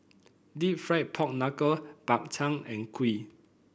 deep fried Pork Knuckle Bak Chang and kuih